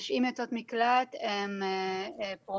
נשים יוצאות מקלט הן פרומיל,